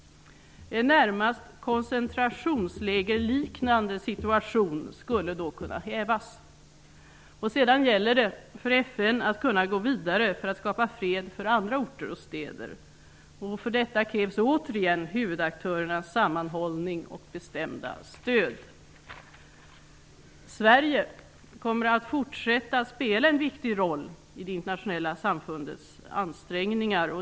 En närmast koncentrationslägerliknande situation skulle då kunna hävas. Sedan gäller det för FN att gå vidare för att kunna skapa fred för andra orter och städer. För detta krävs återigen huvudaktörernas sammanhållning och bestämda stöd. Sverige kommer att fortsätta att spela en viktig roll i det internationella samfundets ansträngningar.